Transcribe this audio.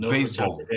Baseball